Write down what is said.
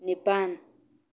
ꯅꯤꯄꯥꯜ